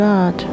God